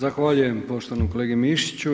Zahvaljujem poštovanom kolegi Mišiću.